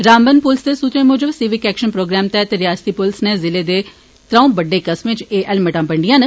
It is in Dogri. रामबन पुलस दे सूत्रें मुजब सिविक एक्षन प्रोग्राम तैहत रियासती पुलस नै जिले दे त्रौंऊ बड्डे कस्वें च एह् हैल्मटां बंडिया न